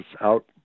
out